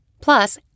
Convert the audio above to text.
Plus